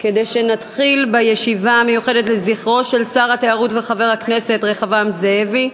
כדי שנתחיל בישיבה המיוחדת לזכרו של שר התיירות וחבר הכנסת רחבעם זאבי,